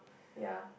ya